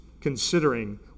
considering